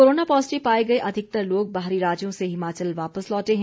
corona positive पाए गए अधिकतर लोग बाहरी राज्यों से हिमाचल वापस लौटे हैं